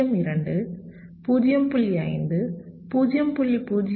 5 0